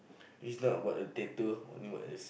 it's not about the tattoo